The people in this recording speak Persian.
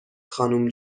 خانوم